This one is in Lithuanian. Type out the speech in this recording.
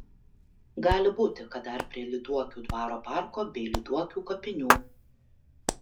gali būti kad dar prie lyduokių dvaro parko bei lyduokių kapinių